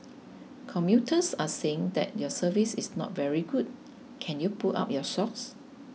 commuters are saying that your service is not very good can you pull up your socks